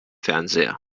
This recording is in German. fernseher